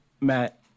Matt